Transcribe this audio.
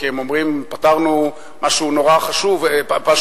כי הם אומרים: פתרנו משהו חשוב,